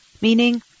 meaning